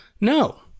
No